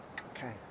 Okay